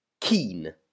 Keen